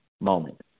moment